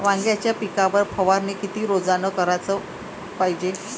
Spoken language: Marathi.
वांग्याच्या पिकावर फवारनी किती रोजानं कराच पायजे?